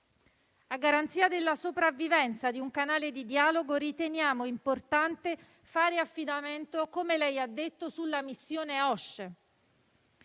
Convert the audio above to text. A garanzia della sopravvivenza di un canale di dialogo, riteniamo importante fare affidamento - come lei ha detto - sulla missione OSCE